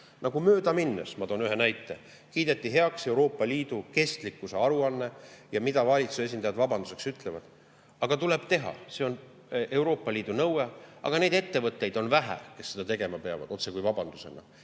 Nagu mööda minnes kiideti heaks Euroopa Liidu kestlikkus[aruandlus]. Ja mida valitsuse esindajad vabanduseks ütlevad: "Tuleb teha, see on Euroopa Liidu nõue. Aga neid ettevõtteid on vähe, kes seda tegema peavad." Otsekui vabandusena.